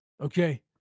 Okay